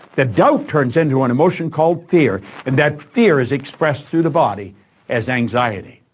the doubt turns into an emotion called fear, and that fear is expressed through the body as anxiety.